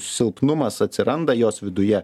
silpnumas atsiranda jos viduje